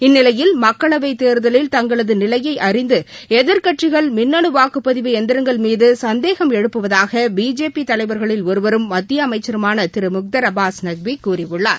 இந்நிலையில் மக்களவைதேர்தலில் தங்களதுநிலையைஅறிந்துஎதிர்கட்சிகள் மின்னணுவாக்குப்பதிவு எந்திரங்கள் மீதுகந்தேகம் எழுப்புவதாகபிஜேபிதலைவர்களில் ஒருவரும் மத்தியஅமைச்சருமானதிருமுக்தர் அப்பாஸ் நக்விகூறியுள்ளார்